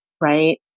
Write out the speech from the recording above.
right